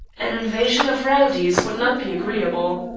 an invasion of rowdies would not be agreeable.